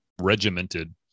regimented